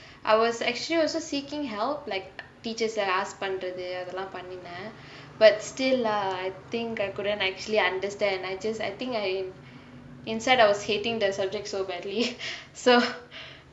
I was actually also seeking help like teachers I ask பண்றது அதெல்லா பண்ணினா:panrathu athellaa panninaa but still lah I think I couldn't actually understand I just I think I inside I was hating the subject so badly so